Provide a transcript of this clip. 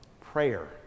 prayer